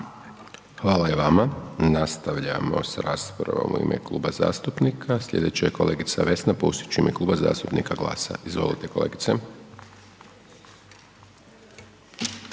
Hvala i vama, mi nastavljamo s raspravom u ime kluba zastupnika, slijedeća je kolegica Vesna Pusić u ime Kluba zastupnika GLAS-a, izvolite kolegice.